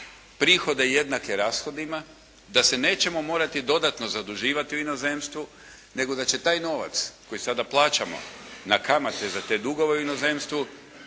prihode jednake rashodima, da se nećemo morati dodatno zaduživati u inozemstvu nego da će taj novac koji sada plaćamo na kamate za te dugove u inozemstvu